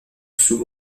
sous